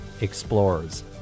explorers